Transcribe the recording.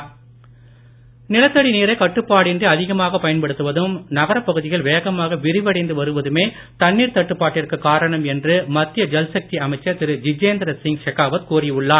ஜல்சக்தி நிலத்தடி நீரை கட்டுப்பாடின்றி அதிகமாக பயன்படுத்துவதும் நகரப்பகுதிகள் வேகமாக விரிவடைந்து வருவதுமே தண்ணீர் தட்டுப்பாட்டிற்கு காரணம் என்று மத்திய ஜல்சக்தி அமைச்சர் திரு ஜிஜேந்திர சிங் ஷெகாவத் கூறி உள்ளார்